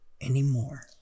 anymore